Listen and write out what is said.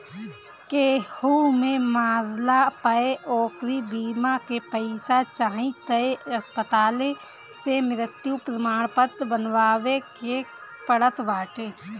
केहू के मरला पअ ओकरी बीमा के पईसा चाही तअ अस्पताले से मृत्यु प्रमाणपत्र बनवावे के पड़त बाटे